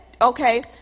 Okay